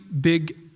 big